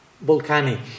volcanic